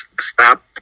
stop